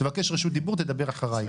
תבקש רשות דיבור ותדבר אחריי.